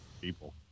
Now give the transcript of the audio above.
People